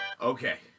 Okay